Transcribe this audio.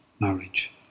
marriage